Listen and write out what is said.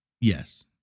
Yes